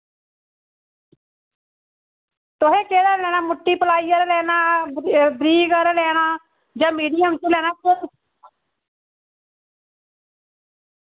तुसें केह्ड़ा लैना मुट्टी प्लाई आह्ला लेना बरीक र लेना जां मीडियम च लैना